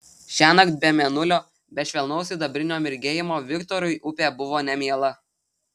šiąnakt be mėnulio be švelnaus sidabrinio mirgėjimo viktorui upė buvo nemiela